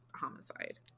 homicide